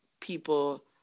people